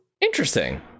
interesting